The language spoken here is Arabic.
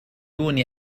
دون